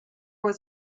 was